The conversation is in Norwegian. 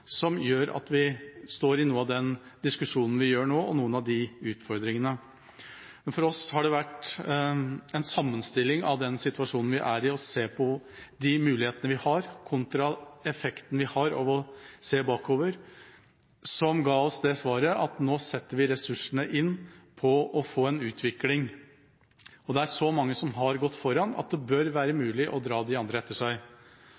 som gjør at vi står i noe av den diskusjonen vi gjør nå, og har noen av de utfordringene. Men for oss har det vært en sammenstilling av den situasjonen vi er i, å se på de mulighetene vi har, kontra effekten vi har av å se bakover, som ga oss det svaret at nå setter vi ressursene inn på å få en utvikling. Og det er så mange som har gått foran at det bør være mulig å dra de andre etter seg.